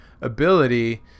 ability